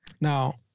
Now